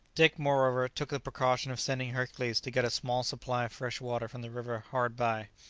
dick, moreover, took the precaution of sending hercules to get a small supply of fresh water from the river hard by,